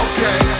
Okay